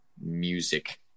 music